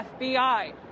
FBI